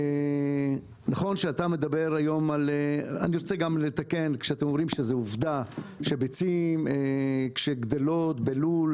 כשאתם אומרים שזו עובדה שביצים שגדלות בלול